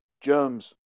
germs